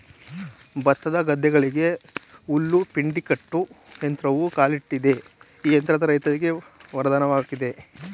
ಭತ್ತದ ಗದ್ದೆಗಳಿಗೆ ಹುಲ್ಲು ಪೆಂಡಿ ಕಟ್ಟೋ ಯಂತ್ರವೂ ಕಾಲಿಟ್ಟಿದೆ ಈ ಯಂತ್ರ ರೈತರಿಗೆ ವರದಾನವಾಗಯ್ತೆ